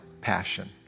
passion